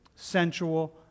sensual